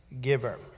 giver